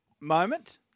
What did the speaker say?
moment